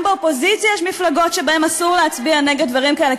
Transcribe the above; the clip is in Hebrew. גם באופוזיציה יש מפלגות שבהן אסור להצביע נגד דברים כאלה,